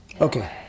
Okay